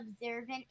observant